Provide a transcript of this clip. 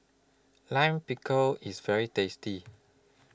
Lime Pickle IS very tasty